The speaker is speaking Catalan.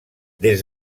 des